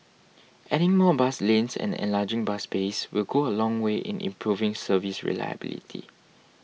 adding more bus lanes and enlarging bus bays will go a long way in improving service reliability